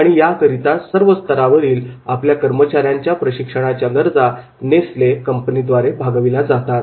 आणि याकरिता सर्व स्तरावरील आपल्या कर्मचाऱ्यांच्या प्रशिक्षणाच्या गरजा नेसले कंपनीद्वारे भागविल्या जातात